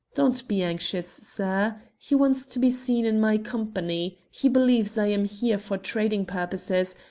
don't be anxious, sir. he wants to be seen in my company. he believes i am here for trading purposes,